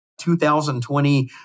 2020